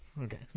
Okay